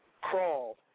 Crawl